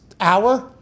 hour